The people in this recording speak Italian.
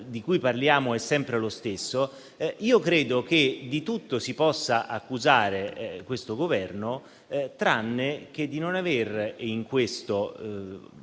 di cui parliamo è sempre lo stesso, io credo che di tutto si possa accusare il Governo - in questo, solo in questo,